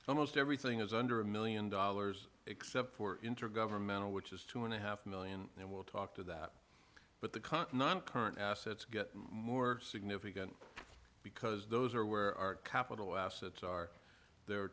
almost everything is under a million dollars except for intergovernmental which is two and a half million and we'll talk to that but the continent current assets get more significant because those are where our capital assets are there are